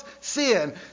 sin